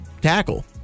tackle